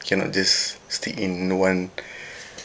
cannot just stick in the one